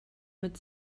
mit